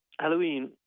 Halloween